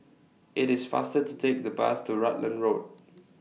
IT IS faster to Take The Bus to Rutland Road